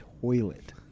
toilet